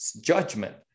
judgment